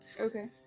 Okay